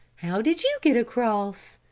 how did you get across?